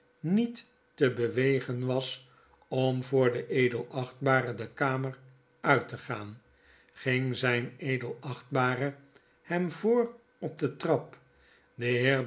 niet te bewegen was om voor den edelachtbare de kamer uit te gaan ging zijn edelachtbare hem voor op de trap